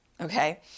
okay